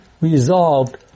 resolved